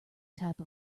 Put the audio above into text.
type